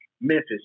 Memphis